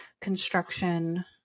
construction